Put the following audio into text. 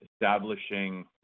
establishing